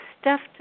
stuffed